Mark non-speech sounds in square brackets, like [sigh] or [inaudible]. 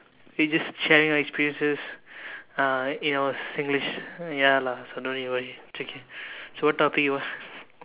we just sharing our experiences uh you know in Singlish ya lah so don't need worry it's okay so what topic you want [laughs]